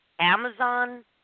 Amazon